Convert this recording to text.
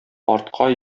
артка